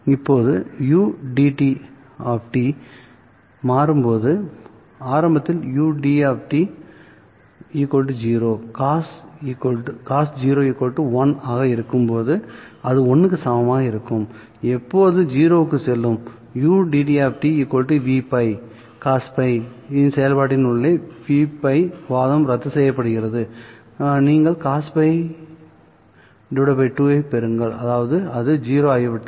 இப்போது ud மாறும்போது ஆரம்பத்தில் ud 0 cos 0 1 ஆக இருக்கும்போது அது 1 க்கு சமமாக இருக்கும் எப்போது 0 க்குச் செல்லும் ud Vπ cos செயல்பாட்டின் உள்ளே Vπ வாதம் ரத்துசெய்யப்பட்டு நீங்கள் cos π 2 ஐப் பெறுங்கள்அதாவது அது 0 ஆகிவிட்டது